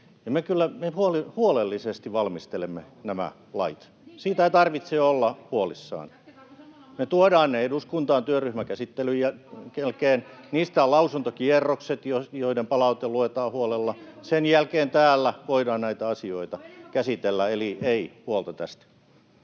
huolellisesti valmistelemme nämä lait. Siitä ei tarvitse olla huolissaan. Me tuodaan ne eduskuntaan työryhmäkäsittelyn jälkeen. Niistä on lausuntokierrokset, joiden palaute luetaan huolella. [Krista Kiuru: Onko enemmän kuin viisi arkipäivää?] Sen jälkeen täällä voidaan näitä asioita käsitellä, eli ei huolta tästä.